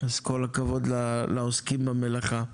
אז כל הכבוד לעוסקים במלאכה.